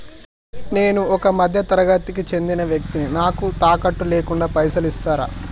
నేను ఒక మధ్య తరగతి కి చెందిన వ్యక్తిని నాకు తాకట్టు లేకుండా పైసలు ఇస్తరా?